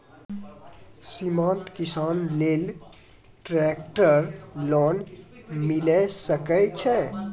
सीमांत किसान लेल ट्रेक्टर लोन मिलै सकय छै?